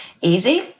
easy